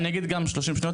אני אגיד גם בשלושים שניות.